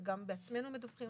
וגם בעצמנו מדווחים למשטרה.